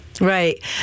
Right